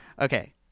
okay